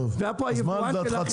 והיה פה היבואן של החברה.